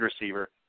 receiver